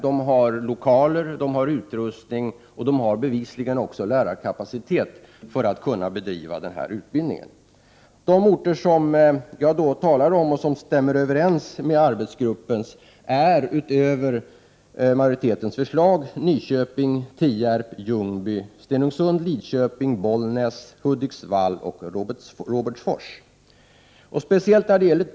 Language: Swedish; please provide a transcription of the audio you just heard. De har lokaler, utrustning och bevisligen också lärarkapacitet för att kunna bedriva denna utbildning. De orter som jag talar om och som stämmer överens med arbetsgruppens förslag är utöver majoritetens förslag Nyköping, Tierp, Ljungby, Stenungsund, Lidköping, Bollnäs, Hudiksvall och Robertsfors.